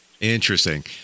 Interesting